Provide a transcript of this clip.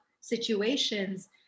situations